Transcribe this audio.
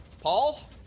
Paul